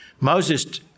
Moses